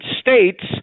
states